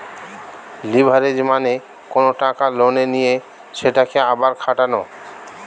leverage মানে কোনো টাকা লোনে নিয়ে সেটাকে আবার খাটানো